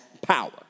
power